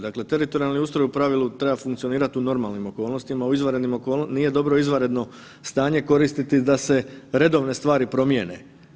Dakle, teritorijalni ustroj u pravilu treba funkcionirati u normalnim okolnostima, nije dobro izvanredno stanje koristiti da se redovne stvari promijene.